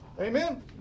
Amen